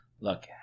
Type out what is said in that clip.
Look